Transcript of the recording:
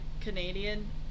Canadian